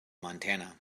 montana